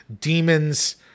demons